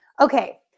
Okay